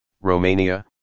Romania